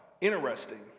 interesting